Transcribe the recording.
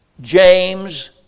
James